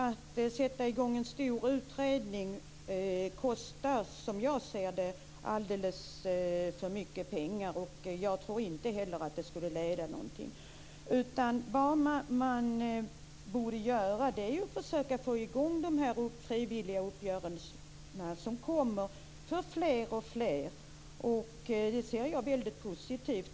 Att sätta i gång en stor utredning kostar, som jag ser det, alldeles för mycket pengar. Jag tror inte heller att en sådan skulle leda till någonting. Vad man borde göra är att försöka få i gång sådana frivilliga uppgörelser som också kommer till stånd för fler och fler. Jag ser detta som mycket positivt.